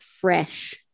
fresh